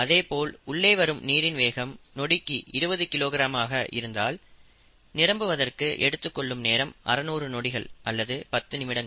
அதேபோல் உள்ளே வரும் நீரின் வேகம் நொடிக்கு 20 கிலோகிராம் ஆக இருந்தால் நிரம்புவதற்கு எடுத்துக் கொள்ளும் நேரம் 600 நொடிகள் அல்லது பத்து நிமிடங்கள்